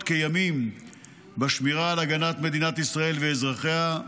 כימים בשמירה על הגנת מדינת ישראל ואזרחיה.